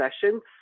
sessions